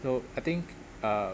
so I think uh